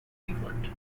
cleveland